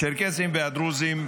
הצ'רקסים והדרוזים,